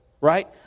Right